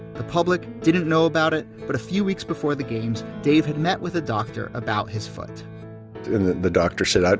the public didn't know about it, but a few weeks before the games, dave had met with a doctor about his foot and the the doctor said,